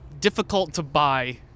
difficult-to-buy